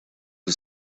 who